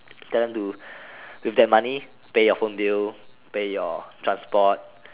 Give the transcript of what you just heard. tell them to with that money pay your phone bill pay your transport